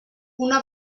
una